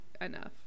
enough